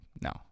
no